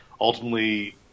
ultimately